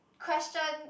question